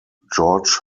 george